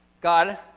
God